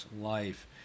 life